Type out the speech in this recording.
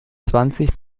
zwanzig